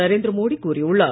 நரேந்திர மோடி கூறியுள்ளார்